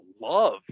love